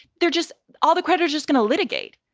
they're just all the creditors just going to litigate.